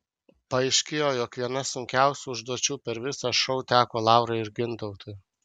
paaiškėjo jog viena sunkiausių užduočių per visą šou teko laurai ir gintautui